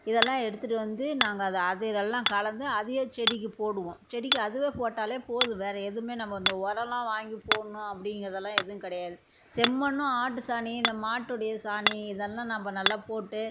இதெல்லாம் எடுத்துகிட்டு வந்து நாங்கள் அதை அதையெல்லாம் கலந்து அதையே செடிக்கு போடுவோம் செடிக்கு அதுவே போட்டாலே போதும் வேறு எதுவுமே நம்ம இந்த உரம்லாம் வாங்கி போடணும் அப்படிங்கிறதுலாம் எதுவும் கிடையாது செம்மண்ணும் ஆட்டு சாணி இந்த மாட்டுடைய சாணி இதெல்லாம் நாம் நல்லா போட்டு